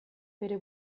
bere